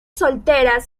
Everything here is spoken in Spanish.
solteras